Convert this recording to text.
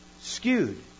skewed